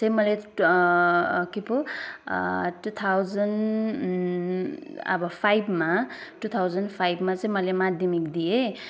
चाहिँ मैले two K पो टु थाउजन्ड अब फाइभमा टु थाउजन्ड फाइभमा चाहिँ मैले माद्यमिक दिएँ